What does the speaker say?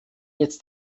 jetzt